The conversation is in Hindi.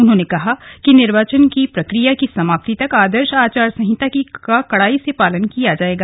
उन्होंने कहा कि निर्वाचन की प्रक्रिया की समाप्ति तक आदर्श आचार संहिता का कड़ाई से पालन किया जायेगा